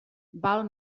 val